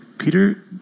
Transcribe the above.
Peter